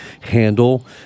handle